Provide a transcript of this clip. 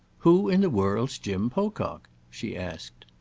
who in the world's jim pocock? she asked.